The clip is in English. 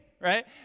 right